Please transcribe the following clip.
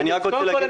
קודם כל,